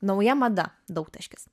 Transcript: nauja mada daugtaškis